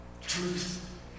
truth